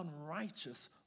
unrighteous